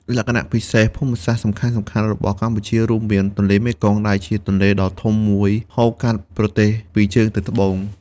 លក្ខណៈពិសេសភូមិសាស្ត្រសំខាន់ៗរបស់កម្ពុជារួមមាន ទន្លេមេគង្គ ដែលជាទន្លេដ៏ធំមួយហូរកាត់ប្រទេសពីជើងទៅត្បូង។